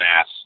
ass